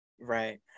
right